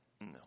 No